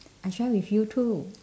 I share with you too